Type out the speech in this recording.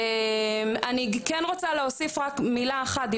אני כן רוצה להוסיף רק מילה אחת,